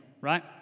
right